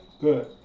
Good